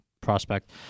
prospect